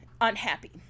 unhappy